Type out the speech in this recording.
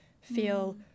feel